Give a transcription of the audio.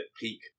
peak